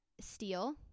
Steel